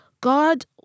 God